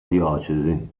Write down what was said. diocesi